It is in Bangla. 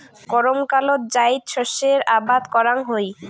গরমকালত জাইদ শস্যের আবাদ করাং হই